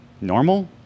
normal